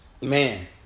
Man